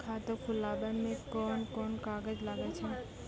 खाता खोलावै मे कोन कोन कागज लागै छै?